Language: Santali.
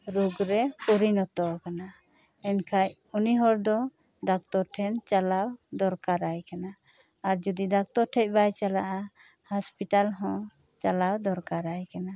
ᱨᱳᱜ ᱨᱮ ᱯᱚᱨᱤᱱᱚᱛᱚ ᱠᱟᱱᱟ ᱮᱱᱠᱷᱟᱡ ᱩᱱᱤ ᱦᱚᱲ ᱫᱚ ᱰᱟᱠᱴᱚᱨ ᱴᱷᱮᱱ ᱪᱟᱞᱟᱣ ᱫᱚᱨᱠᱟᱨᱟᱭ ᱠᱟᱱᱟ ᱟᱨ ᱡᱩᱫᱤ ᱰᱟᱠᱴᱚᱨ ᱴᱷᱮᱡ ᱵᱟᱭ ᱪᱟᱞᱟᱜᱼᱟ ᱦᱚᱥᱯᱤᱴᱟᱞ ᱦᱚᱸ ᱪᱟᱞᱟᱣ ᱫᱚᱨᱠᱟᱨᱟᱭ ᱠᱟᱱᱟ